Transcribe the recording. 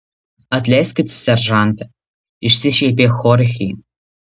atleiskit seržante išsišiepė chorchė